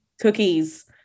cookies